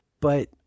But-